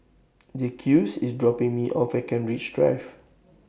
Jacques IS dropping Me off At Kent Ridge Drive